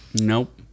Nope